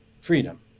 freedom